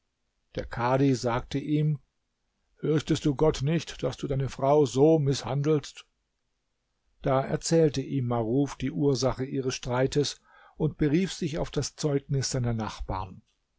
der kadhi sagte ihm fürchtest du gott nicht daß du deine frau so mißhandelst da erzählte ihm maruf die ursache ihres streites und berief sich auf das zeugnis seiner nachbarn